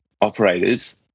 operators